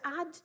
add